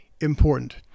important